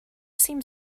seemed